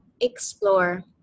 explore